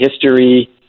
history